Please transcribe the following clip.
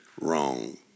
Wrong